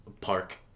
park